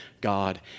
God